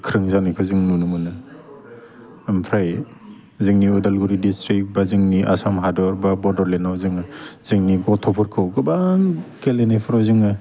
गोख्रों जानायखौ जों नुनो मोनो ओमफ्राय जोंनि उदागुरि डिस्ट्रिक बा जोंनि आसाम हादर बा बड'लेण्डआव जोङो जोंनि गथ'फोरखौ गोबां गेलेनायफ्राव जोङो